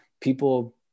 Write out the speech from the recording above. People